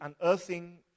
unearthing